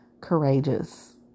courageous